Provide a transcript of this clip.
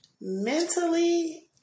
Mentally